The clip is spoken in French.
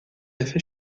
effet